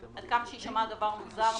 עד כמה שיישמע מוזר,